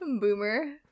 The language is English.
Boomer